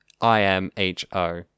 I-M-H-O